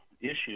issues